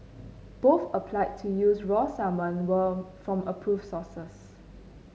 both applied to use raw salmon were from approved sources